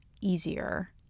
easier